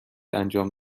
انجام